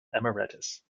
emeritus